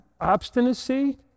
obstinacy